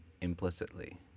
implicitly